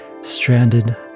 stranded